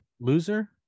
loser